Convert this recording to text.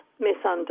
misunderstood